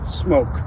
smoke